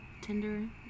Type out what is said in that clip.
Tinder